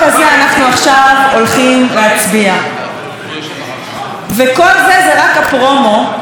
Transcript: וכל זה, זה רק הפרומו לחוק הנאמנות בתרבות,